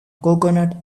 coconut